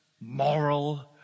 moral